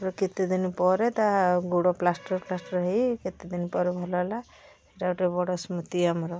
ତା'ପରେ କେତେ ଦିନ ପରେ ତା ଗୋଡ଼ ପ୍ଲାଷ୍ଟର ଫ୍ଲାଷ୍ଟର ହେଇ କେତେ ଦିନ ପରେ ଭଲ ହେଲା ସେଇଟା ଗୋଟେ ବଡ଼ ସ୍ମୃତି ଆମର